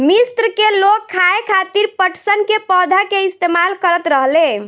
मिस्र के लोग खाये खातिर पटसन के पौधा के इस्तेमाल करत रहले